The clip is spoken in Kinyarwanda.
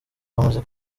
bamaze